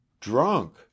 Drunk